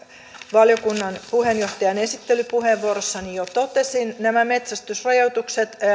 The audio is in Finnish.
valiokunnan puheenjohtajan esittelypuheenvuorossani jo totesin nämä metsästysrajoitukset